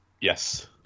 Yes